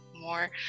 more